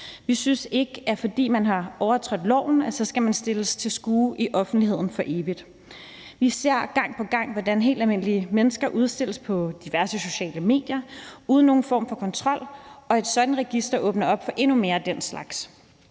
Vi synes ikke, at man, fordi man har overtrådt loven, så skal stilles til skue i offentligheden for evigt. Vi ser gang på gang, hvordan helt almindelige mennesker udstilles på diverse sociale medier uden nogen form for kontrol, og et sådant register åbner op for endnu mere af den slags.